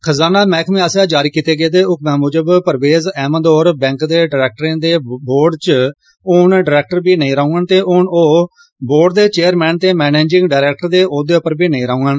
खजाना मैह्कमे आसेआ जारी कीते गेदे हुक्मै मुजब परवेज़ अहमद होर बैंक दे डरैक्टरें दे बोर्ड च हून डरैक्टर बी नेई रौह्डन ते हून ओह बोर्ड दे चेयरमैन ते मैनेजिंग डरैक्टर दे औह्द्वें पर बी नेई रौह्डन